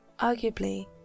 Arguably